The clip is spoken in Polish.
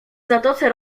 zatoce